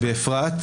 באפרת,